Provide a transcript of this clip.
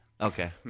Okay